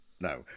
No